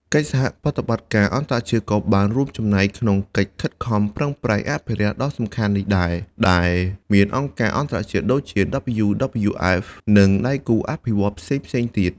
កិច្ចសហប្រតិបត្តិការអន្តរជាតិក៏បានចូលរួមក្នុងកិច្ចខិតខំប្រឹងប្រែងអភិរក្សដ៏សំខាន់នេះដែរ ដែលមានអង្គការអន្តរជាតិដូចជា WWF និងដៃគូអភិវឌ្ឍន៍ផ្សេងៗទៀត។